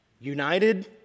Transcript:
united